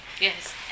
yes